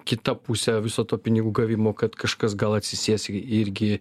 kita pusė viso to pinigų gavimo kad kažkas gal atsisės i irgi